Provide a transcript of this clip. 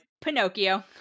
Pinocchio